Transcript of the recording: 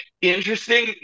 interesting